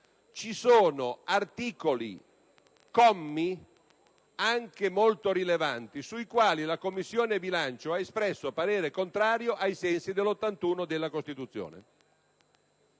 ci sono articoli, commi, anche molto rilevanti, sui quali la Commissione bilancio ha espresso parere contrario ai sensi dell'articolo 81 della Costituzione.